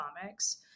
comics